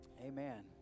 Amen